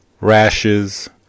rashes